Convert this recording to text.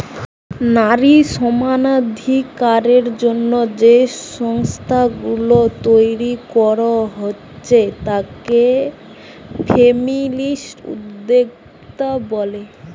নারী সমানাধিকারের জন্যে যেই সংস্থা গুলা তইরি কোরা হচ্ছে তাকে ফেমিনিস্ট উদ্যোক্তা বলে